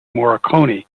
morricone